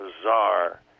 bizarre